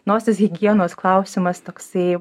nosies higienos klausimas toksai